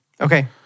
okay